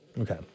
Okay